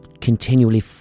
continually